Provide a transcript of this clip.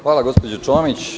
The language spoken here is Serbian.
Hvala gospođo Čomić.